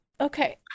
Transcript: Okay